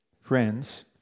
Friends